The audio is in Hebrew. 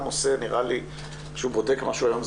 עושה נראה לי שהוא בודק משהו היום,